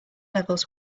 levels